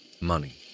money